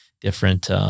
different